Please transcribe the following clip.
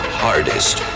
hardest